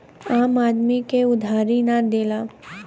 आम आदमी के उधारी ना देला